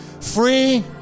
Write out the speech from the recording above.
free